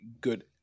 good